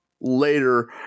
later